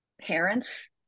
parents